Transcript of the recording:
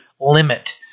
limit